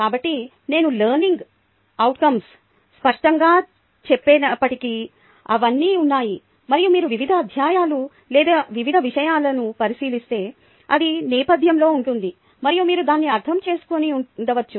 కాబట్టి నేను learning outcomes స్పష్టంగా చెప్పనప్పటికీ ఇవన్నీ ఉన్నాయి మరియు మీరు వివిధ అధ్యాయాలు లేదా వివిధ విషయాలను పరిశీలిస్తే అది నేపథ్యంలో ఉంటుంది మరియు మీరు దాన్ని అర్దం చేసుకొని ఉండవచ్చు